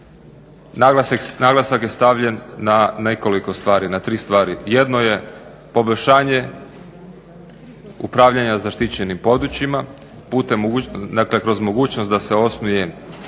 naglasak je stavljen na nekoliko stvari, na tri stvari. Jedno je poboljšanje upravljanja zaštićenim područjima putem kroz mogućnost da se osnuje